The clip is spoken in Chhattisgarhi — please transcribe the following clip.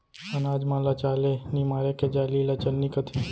अनाज मन ल चाले निमारे के जाली ल चलनी कथें